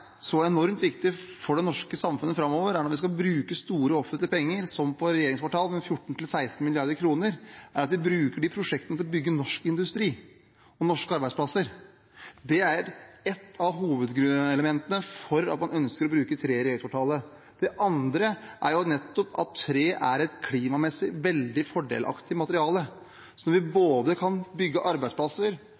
så enormt viktig for det norske samfunnet framover – når vi skal bruke mange offentlige penger, som på et regjeringskvartal, 14 –16 mrd. kr – er at vi bruker slike prosjekter til å bygge norsk industri og norske arbeidsplasser. Det er et av hovedargumentene for at man ønsker å bruke tre i regjeringskvartalet. Det andre er at tre er et klimamessig veldig fordelaktig materiale. Så når vi både kan skape arbeidsplasser,